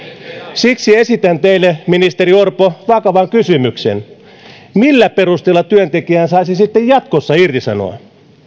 siksi esitän teille ministeri orpo vakavan kysymyksen millä perusteella työntekijän saisi sitten jatkossa irtisanoa